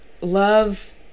love